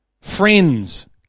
Friends